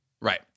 Right